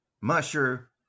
musher